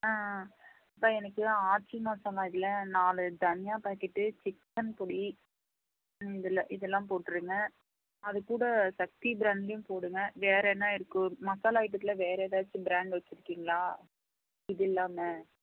அ அ எனக்கு ஆட்சி மசாலா இதில் நாலு தனியா பேக்கெட்டு சிக்கன் பொடி இதில் இதெல்லாம் போட்டிருங்க அதுக்கூட சக்தி ப்ராண்ட்லேயும் போடுங்க வேறு என்ன இருக்குது மசாலா ஐட்டத்தில் வேறு ஏதாச்சும் ப்ராண்ட் வச்சுருக்கீங்களா இது இல்லாமல்